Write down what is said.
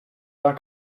war